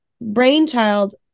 brainchild